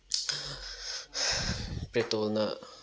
ꯄꯦꯇ꯭ꯔꯣꯜꯅ